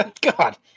God